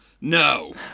No